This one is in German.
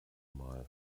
mal